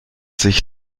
sich